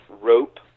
rope